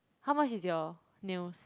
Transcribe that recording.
how much is your nails